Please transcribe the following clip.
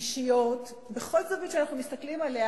האישיות, בכל זווית שאנחנו מסתכלים עליה